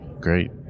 Great